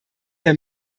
der